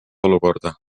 olukorda